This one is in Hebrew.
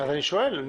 אני שואל.